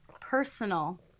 personal